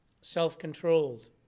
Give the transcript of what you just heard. self-controlled